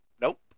nope